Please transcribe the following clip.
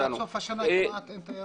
עד סוף השנה לא תהיה תיירות.